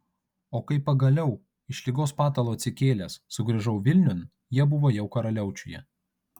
o kai pagaliau iš ligos patalo atsikėlęs sugrįžau vilniun jie buvo jau karaliaučiuje